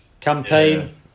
campaign